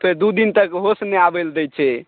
तऽ फेर दू दिन तक होश नहि आबै ला दय छै